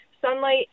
Sunlight